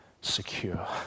secure